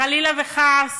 חלילה וחס